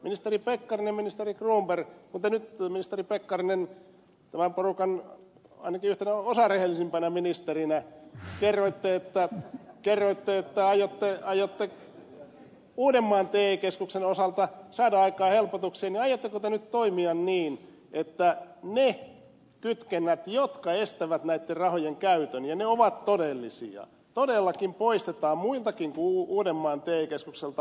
ministeri pekkarinen kun te nyt tämän porukan ainakin yhtenä osarehellisimmistä ministereistä kerroitte että aiotte uudenmaan te keskuksen osalta saada aikaan helpotuksia niin aiotteko te nyt toimia niin että ne kytkennät jotka estävät näitten rahojen käytön ne ovat todellisia todellakin poistetaan muiltakin kuin uudenmaan te keskukselta